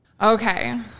Okay